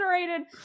generated